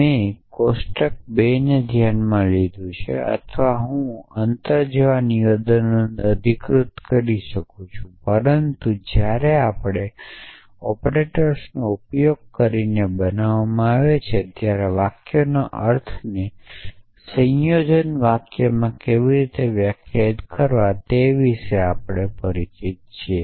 મેં કોષ્ટક 2ને ધ્યાનમાં લીધું છે અથવા હું અંતર જેવા નિવેદનોને અધિકૃત કરી શકું છું પરંતુ જ્યારે આપણે ઑપરેટર્સનો ઉપયોગ કરીને બનાવવામાં આવે છે ત્યારે વાક્યોના અર્થને સંયોજન વાક્યમાં કેવી રીતે વ્યાખ્યાયિત કરવા તે વિશે આપણે પરિચિત છીએ